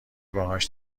باهاش